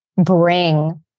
bring